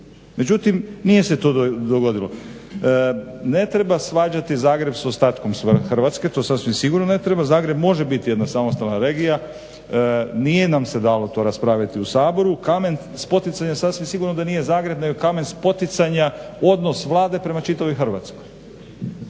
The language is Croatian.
međutim nije se to dogodilo. Ne treba svađati Zagreb sa ostatkom Hrvatske to sasvim sigurno ne treba. Zagreb može biti jedna samostalna regija. Nije nam se dalo to raspraviti u Saboru. Kamen spoticaja sasvim sigurno da nije Zagreb nego kamen spoticanja odnos vlade prema čitavoj Hrvatskoj.